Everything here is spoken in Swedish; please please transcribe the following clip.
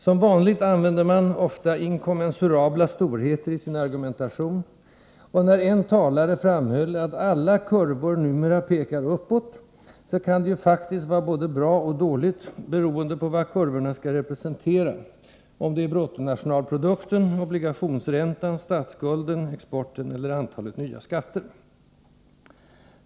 Som vanligt använde man ofta inkommensurabla storheter i sin argumentation, och när en talare framhöll att ”alla kurvor numera pekar uppåt”, så kan det ju faktiskt vara både bra och dåligt, beroende på vad kurvorna skall representera — om det är bruttonationalprodukten, obligationsräntan, statsskulden, exporten eller antalet nya skatter.